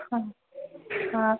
ಹಾಂ ಹಾಂ